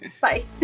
Bye